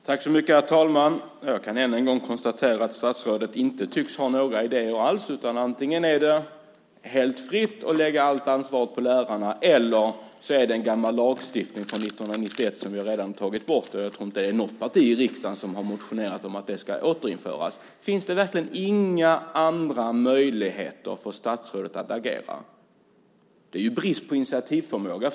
Herr talman! Jag kan än en gång konstatera att statsrådet inte tycks ha några idéer alls. Alternativen verkar vara att det antingen ska vara helt fritt och att allt ansvar ska ligga på lärarna, eller att man ska återgå till en gammal lagstiftning från 1991 som man redan tagit bort. Jag tror inte att något parti i riksdagen har motionerat om att den ska återinföras. Finns det verkligen inga andra möjligheter för statsrådet att agera? Regeringen visar här en brist på initiativförmåga.